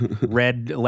red